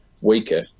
weaker